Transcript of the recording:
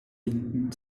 finden